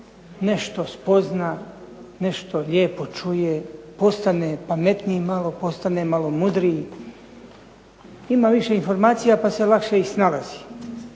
nešto spozna, nešto lijepo čuje, postane pametniji malo, postane malo mudriji, ima više informacija pa se lakše i snalazi.